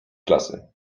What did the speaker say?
klasy